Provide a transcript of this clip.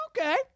okay